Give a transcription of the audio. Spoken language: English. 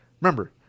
remember